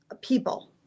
people